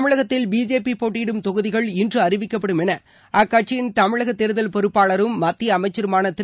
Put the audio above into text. தமிழகத்தில் பிஜேபி போட்டியிடும் தொகுதிகள் இன்று அறிவிக்கப்படும் என அக்கட்சியின் தமிழக தேர்தல் பொறுப்பாளரும் மத்திய அமைச்சருமான திரு